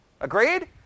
Agreed